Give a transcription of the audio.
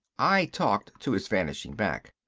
i talked to his vanishing back.